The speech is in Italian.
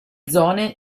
zone